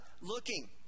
looking